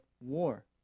war